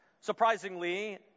Surprisingly